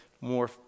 more